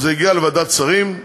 זה הגיע לוועדת שרים.